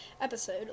episode